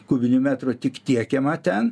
kubinių metrų tik tiekiama ten